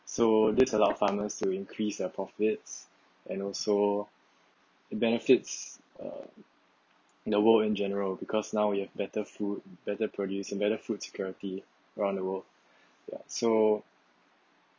so that's allow foreigners to increase their profits and also in benefits or novel in general because now you have better food better produce and better food security around the world so